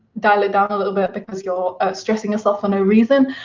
dial it down a little bit because you're stressing yourself for no reason.